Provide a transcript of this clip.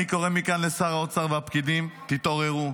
אני קורא מכאן לשר האוצר והפקידים: תתעוררו.